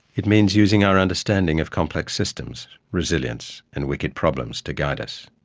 it means using our understanding of complex systems, resilience and wicked problems to guide us.